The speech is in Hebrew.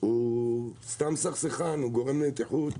הוא סתם סכסכן, הוא גורם למתיחות.